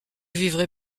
vivrai